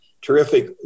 terrific